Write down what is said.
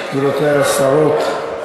קיבלת זכויות יתר.